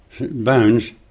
Bones